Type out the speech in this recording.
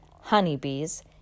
honeybees